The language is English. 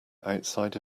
outside